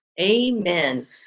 Amen